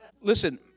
Listen